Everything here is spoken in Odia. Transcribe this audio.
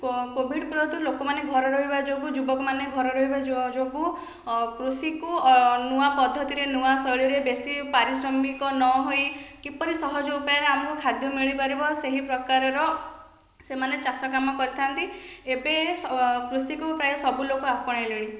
କୋଭିଡ଼୍ ପରଠୁ ଲୋକମାନେ ଘରେ ରହିବା ଯୋଗୁଁ ଯୁବକମାନେ ଘରେ ରହିବା ଯୋଗୁଁ କୃଷିକୁ ନୁଆ ପଦ୍ଧତିରେ ନୂଆ ଶୈଳୀରେ ବେଶୀ ପାରିଶ୍ରମିକ ନ ହୋଇ କିପରି ସହଜ ଉପାୟରେ ଆମକୁ ଖାଦ୍ୟ ମିଳିପାରିବ ସେହି ପ୍ରକାରର ସେମାନେ ଚାଷ କାମ କରିଥାନ୍ତି ଏବେ କୃଷିକୁ ପ୍ରାୟ ସବୁ ଲୋକ ଆପଣାଇଲେଣି